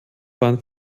waren